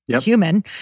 human